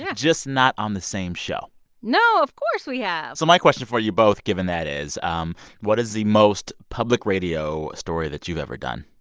yeah just not on the same show no, of course we have so my question for you both, given that, is um what is the most public radio story that you've ever done?